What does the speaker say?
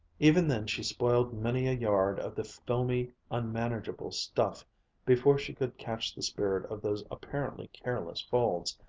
even then she spoiled many a yard of the filmy, unmanageable stuff before she could catch the spirit of those apparently careless folds,